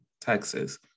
Texas